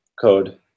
code